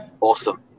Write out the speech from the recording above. Awesome